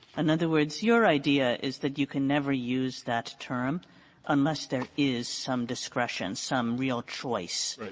and other words, your idea is that you can never use that term unless there is some discretion, some real choice.